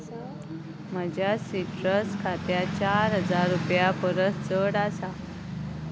म्हज्या सिट्रस खात्यांत चार हजार रुपया परस चड आसा